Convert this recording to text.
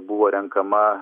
buvo renkama